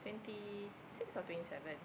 twenty six or twenty seven